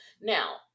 Now